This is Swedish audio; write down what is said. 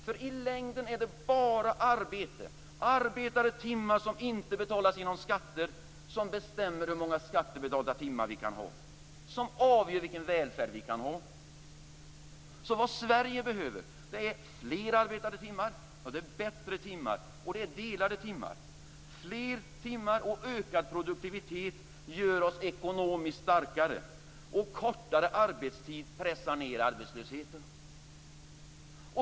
För i längden är det bara arbete, arbetade timmar som inte betalas genom skatter som bestämmer hur många skattebetalda timmar vi kan ha och som avgör vilken välfärd vi kan ha. Så vad Sverige behöver är fler arbetade timmar, bättre timmar, delade timmar. Fler timmar och ökad produktivitet gör oss ekonomiskt starkare. Kortare arbetstid pressar ned arbetslösheten.